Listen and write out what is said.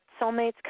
soulmates